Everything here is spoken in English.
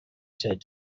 said